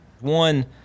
one